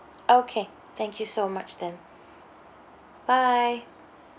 okay thank you so much then bye